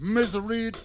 Misery